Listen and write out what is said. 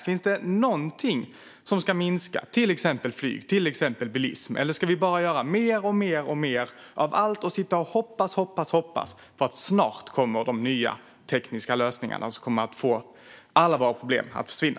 Finns det någonting som ska minska, till exempel flygande eller bilism? Eller ska vi bara göra mer och mer av allt och sitta och hoppas på att de nya tekniska lösningarna snart kommer, så att alla våra problem kommer att försvinna?